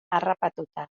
harrapatuta